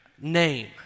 name